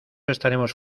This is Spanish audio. estaremos